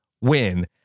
win